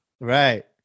Right